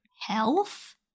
health